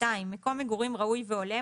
מקום מגורים ראוי והולם,